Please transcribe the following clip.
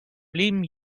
blieben